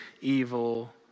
evil